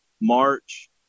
March